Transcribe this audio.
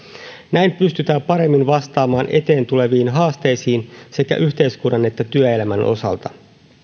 näin pystytään paremmin vastaamaan eteen tuleviin haasteisiin sekä yhteiskunnan että työelämän osalta